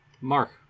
Mark